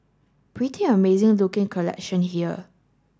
pretty amazing looking collection here